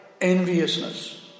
enviousness